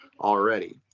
already